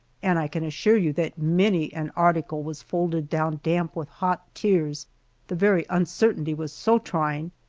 and i can assure you that many an article was folded down damp with hot tears the very uncertainty was so trying.